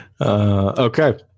Okay